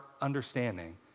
understanding